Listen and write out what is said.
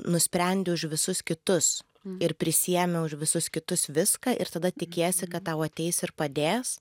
nusprendi už visus kitus ir prisiimi už visus kitus viską ir tada tikiesi kad tau ateis ir padės